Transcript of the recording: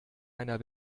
einer